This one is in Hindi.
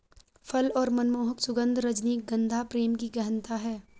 फल और मनमोहक सुगन्ध, रजनीगंधा प्रेम की गहनता है